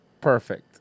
Perfect